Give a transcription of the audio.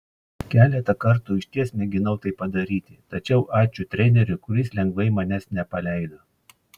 keletą kartų išties mėginau tai padaryti tačiau ačiū treneriui kuris lengvai manęs nepaleido